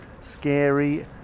scary